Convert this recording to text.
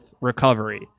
recovery